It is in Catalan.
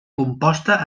composta